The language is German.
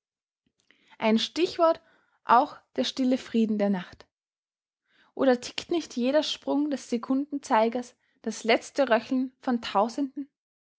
ein stichwort auch der stille frieden der nacht oder tickt nicht jeder sprung des sekundenzeigers das letzte röcheln von tausenden